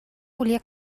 volia